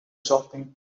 shopping